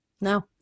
No